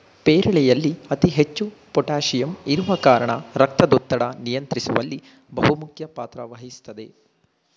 ಪೇರಳೆಯಲ್ಲಿ ಅತಿ ಹೆಚ್ಚು ಪೋಟಾಸಿಯಂ ಇರುವ ಕಾರಣ ರಕ್ತದೊತ್ತಡ ನಿಯಂತ್ರಿಸುವಲ್ಲಿ ಬಹುಮುಖ್ಯ ಪಾತ್ರ ವಹಿಸ್ತದೆ